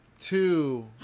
two